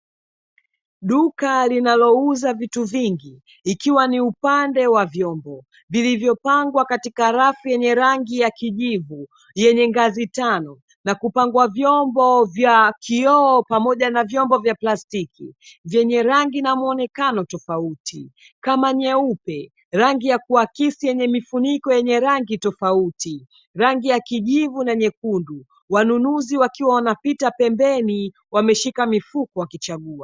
Duka linalouza vitu vingi ikiwa ni upande wa vyombo, vilivyopangwa katika rafu yenye rangi ya kijivu yenye ngazi tano na kupangwa vyombo vya kioo pamoja na vyombo vya plastiki, vyenye rangi na muonekano tofauti, kama; nyeupe, rangi ya kuakisi yenye mifuniko yenye rangi tofauti, rangi ya kijivu na nyekundu. Wanunuzi wakiwa wanapita pembeni, wameshika mifuko wakichagua.